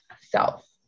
self